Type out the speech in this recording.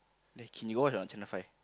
can you watch on channel five